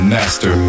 Master